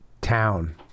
town